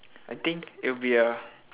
I think it'll be a